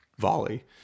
volley